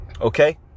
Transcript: Okay